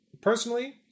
Personally